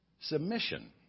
submission